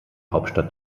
hauptstadt